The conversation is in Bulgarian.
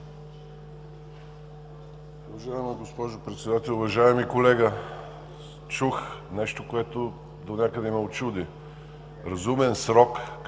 Уважаема госпожо Председател, уважаеми колега! Чух нещо, което донякъде ме учуди. „Разумен срок“